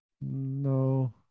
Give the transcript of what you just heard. No